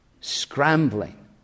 scrambling